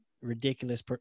ridiculous